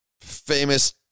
famous